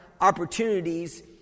opportunities